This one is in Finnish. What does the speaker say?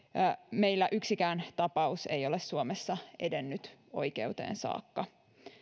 meillä yksikään tapaus ei ole suomessa edennyt oikeuteen saakka